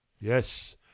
Yes